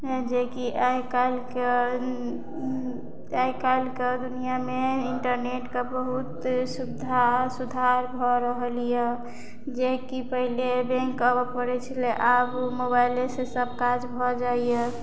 जेकि आइ काल्हिके आइ काल्हिके दुनियामे इन्टरनेटके बहुत सुविधा सुधार भऽ रहल यऽ जेकि पहिले बैंक अबऽ पड़ै छलै आब मोबाइले से सब काज भऽ जाइया